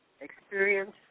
experience